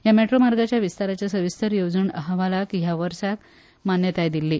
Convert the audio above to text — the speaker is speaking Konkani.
ह्या मेट्रो मार्गाच्या विस्ताराच्या सविस्तर येवजण अहवालाक ह्या वर्साक मान्यताय दिल्ली